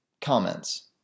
comments